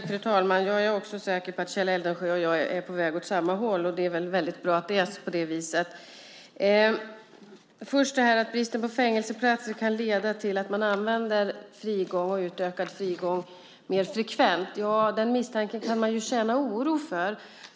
Fru talman! Jag är också säker på att Kjell Eldensjö och jag är på väg åt samma håll, och det är väl väldigt bra att det är på det viset. Jag vill först kommentera att bristen på fängelseplatser kan leda till att man använder frigång och utökad frigång mer frekvent. Ja, den misstanken kan man känna oro för.